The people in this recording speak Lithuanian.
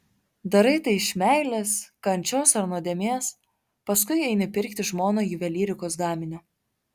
darai tai iš meilės kančios ar nuodėmės paskui eini pirkti žmonai juvelyrikos gaminio